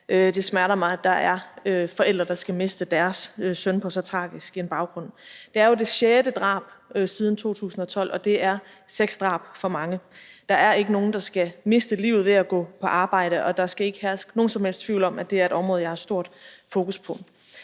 det smerter mig, at der er forældre, der skal miste deres søn på så tragisk en baggrund. Det er jo det sjette drab siden 2012, og det er seks drab for mange. Der er ikke nogen, der skal miste livet ved at gå på arbejde, og der skal ikke herske nogen som helst tvivl om, at det er et område, jeg har stort fokus på.